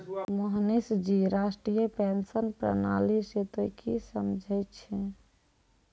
मोहनीश जी राष्ट्रीय पेंशन प्रणाली से तोंय की समझै छौं